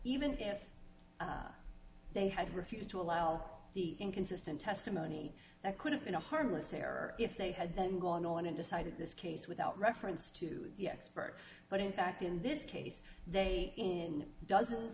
even if they had refused to allow the inconsistent testimony that could have been a harmless error if they had then gone on and decided this case without reference to the expert but in fact in this case they in dozens